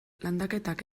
landaketak